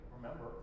remember